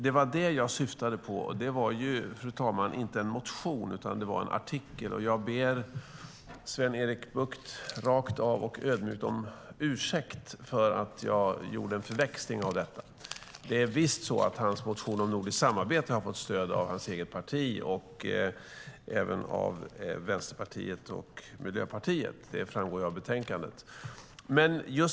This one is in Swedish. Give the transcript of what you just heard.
Det var det jag syftade på, och det var inte, fru talman, en motion utan en artikel. Jag ber Sven-Erik Bucht rakt av och ödmjukt om ursäkt för att jag gjorde den förväxlingen. Det är visst så att hans motion om nordiskt samarbete har fått stöd av hans eget parti och även av Vänsterpartiet och Miljöpartiet. Det framgår av betänkandet.